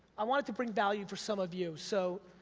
i want it to bring value for some of you. so,